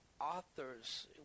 authors